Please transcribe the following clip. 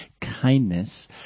kindness